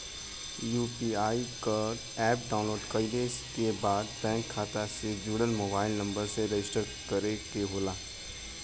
UPI क app download कइले के बाद बैंक खाता से जुड़ल मोबाइल नंबर से रजिस्टर करे के होला